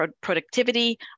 productivity